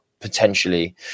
potentially